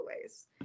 ways